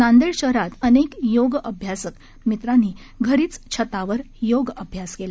नांदेड शहरात अनेक योगाभ्यासक मित्रांनी घरीच छतावर योग अभ्यास केला